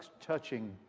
touching